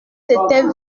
c’était